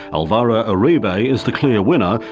alvaro uribe is the clear winner,